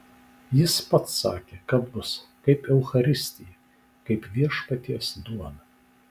jis pats sakė kad bus kaip eucharistija kaip viešpaties duona